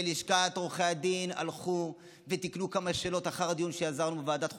שלשכת עורכי הדין הלכו ותיקנו כמה שאלות לאחר הדיון שיזמנו בוועדת חוקה,